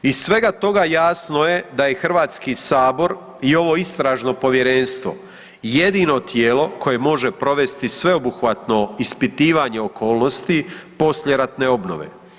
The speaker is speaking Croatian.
Iz svega toga jasno je da je HS i ovo istražno povjerenstvo jedino tijelo koje može provesti sveobuhvatno ispitivanje okolnosti poslijeratne obnove.